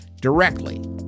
directly